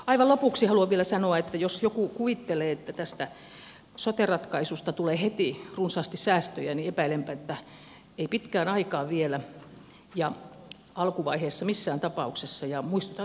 aivan lopuksi haluan vielä sanoa että jos joku kuvittelee että tästä sote ratkaisusta tulee heti runsaasti säästöjä niin epäilenpä että ei pitkään aikaan vielä ja alkuvaiheessa ei missään ta pauksessa